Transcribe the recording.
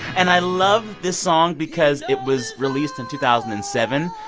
and i love this song because it was released in two thousand and seven,